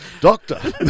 Doctor